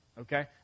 Okay